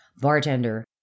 bartender